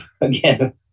again